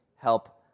help